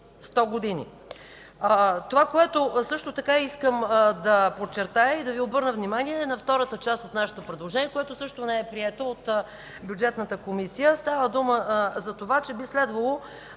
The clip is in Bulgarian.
Това, което също така искам да подчертая и да Ви обърна внимание, е на втората част от нашето предложение, което също не е прието от Бюджетната комисия. Става дума за това, че би следвало